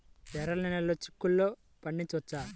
ఎర్ర నెలలో చిక్కుల్లో పండించవచ్చా?